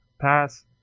pass